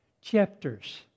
chapters